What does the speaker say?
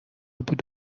بود